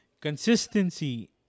Consistency